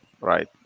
right